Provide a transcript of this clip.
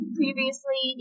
previously